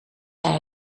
hij